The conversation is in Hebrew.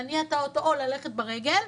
להניע את האוטו או ללכת ברגל,